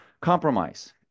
compromise